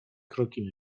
krokiem